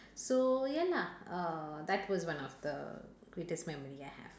so ya lah uh that was one of the greatest memory I have